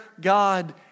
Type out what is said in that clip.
God